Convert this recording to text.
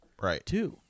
Right